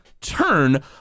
turn